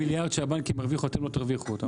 מיליארד שהבנקים הרוויחו, אתם לא תרוויחו אותם.